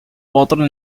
border